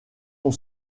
sont